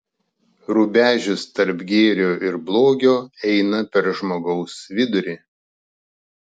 rubežius tarp gėrio ir blogio eina per žmogaus vidurį